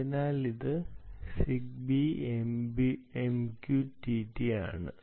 അതിനാൽ അത് Zigbee MQTT ആണ്